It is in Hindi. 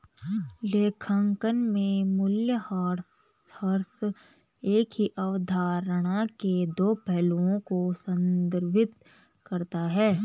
लेखांकन में मूल्यह्रास एक ही अवधारणा के दो पहलुओं को संदर्भित करता है